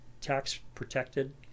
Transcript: tax-protected